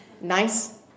Nice